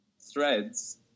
Threads